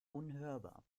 unhörbar